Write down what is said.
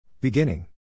Beginning